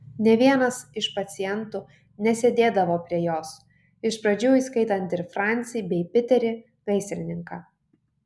nė vienas iš pacientų nesėdėdavo prie jos iš pradžių įskaitant ir francį bei piterį gaisrininką